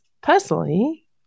personally